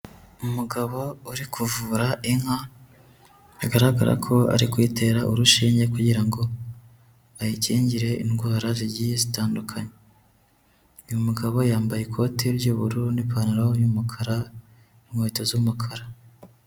Umugabo uri kuvura inka, bigaragara ko ari kuyitera urushinge kugira ngo ayikingire indwara zigiye zitandukanye, uyu mugabo yambaye ikote ry'ubururu n'ipantaro y'umukara n'inkweto z'umukara.